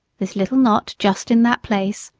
this little knot just in that place